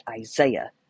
Isaiah